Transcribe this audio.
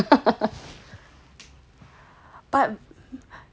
but